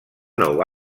nou